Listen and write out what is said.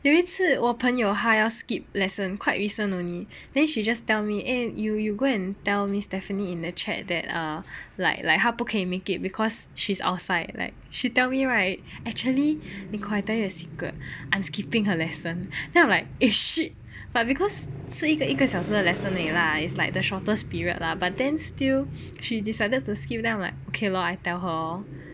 有一次我朋友她要 skip lesson quite recent only then she just tell me eh you you go and tell miss Stephanie in the chat that err like like 他不可以 make it because she's outside like she tell me right actuall I tell you keep a secret I'm skipping her lesson then I'm like eh shit but because 是一个一个小时 lesson 而已 lah it's like the shortest period lah but then still she decided to skip then I'm like ok lor I tell her lor